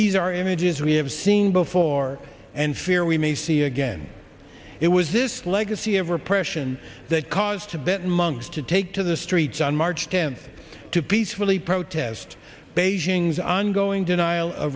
these are images we have seen before and fear we may see again it was this legacy of repression that caused tibet monks to take to the streets on march tenth to peacefully protest beijing's ongoing denial